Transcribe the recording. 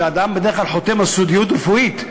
כי אדם בדרך כלל חותם על סודיות רפואית,